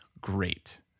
great